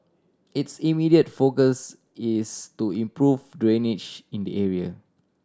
its immediate focus is to improve drainage in the area